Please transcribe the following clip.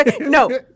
No